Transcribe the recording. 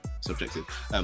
Subjective